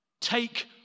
take